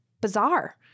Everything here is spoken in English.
bizarre